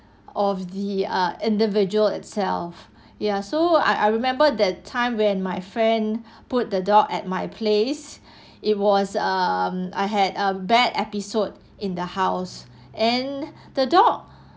of the ah individual itself ya so I I remember that time when my friend put the dog at my place it was um I had a bad episode in the house and the dog